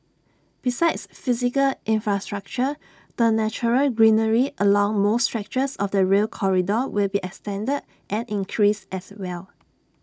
besides physical infrastructure the natural greenery along most stretches of the rail corridor will be extended and increased as well